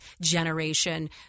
generation